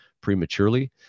prematurely